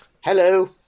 Hello